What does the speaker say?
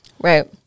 Right